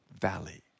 valley